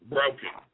Broken